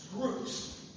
groups